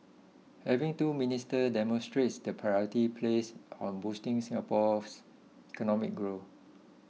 having two ministers demonstrates the priority placed on boosting Singapore's economic growth